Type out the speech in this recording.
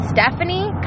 Stephanie